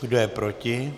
Kdo je proti?